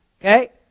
Okay